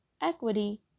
equity